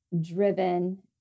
driven